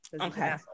okay